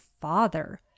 father